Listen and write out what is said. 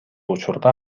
учурда